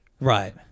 Right